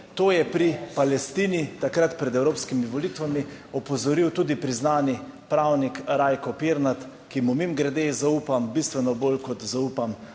to je pri Palestini takrat pred evropskimi volitvami opozoril tudi priznani pravnik Rajko Pirnat, ki mu mimogrede zaupam bistveno bolj kot zaupam